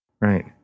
Right